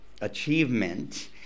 achievement